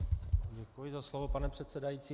Děkuji za slovo, pane předsedající.